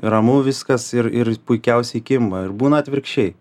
ramu viskas ir ir puikiausiai kimba ir būna atvirkščiai